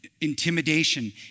intimidation